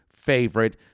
favorite